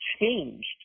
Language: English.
changed